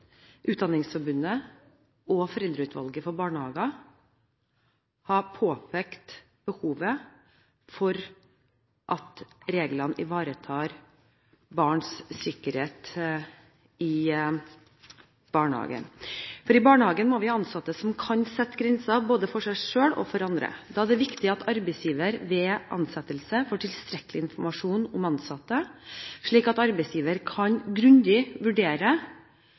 Utdanningsforbundet og Foreldreutvalget for barnehager har påpekt behovet for at reglene ivaretar barns sikkerhet i barnehagen. I barnehagen må vi ha ansatte som kan sette grenser både for seg selv og for andre. Da er det viktig at arbeidsgiver ved ansettelse får tilstrekkelig informasjon om søkere, slik at arbeidsgiver kan vurdere grundig